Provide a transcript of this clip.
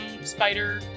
spider